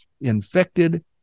infected